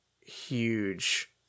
huge